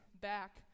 back